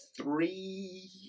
three